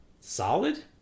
solid